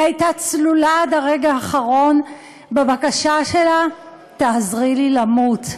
היא הייתה צלולה עד הרגע האחרון בבקשה שלה: תעזרי לי למות.